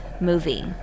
movie